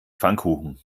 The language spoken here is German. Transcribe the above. pfannkuchen